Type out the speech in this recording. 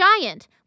Giant